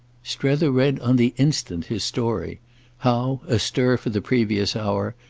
strether read on the instant his story how, astir for the previous hour,